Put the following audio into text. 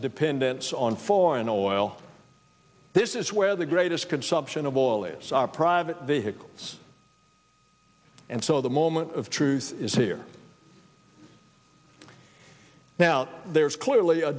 dependence on foreign oil this is where the greatest consumption of oil is private vehicles and so the moment of truth is here now there is clearly a